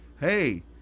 Hey